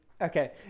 Okay